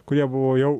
kurie buvo jau